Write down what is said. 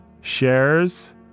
shares